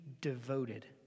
devoted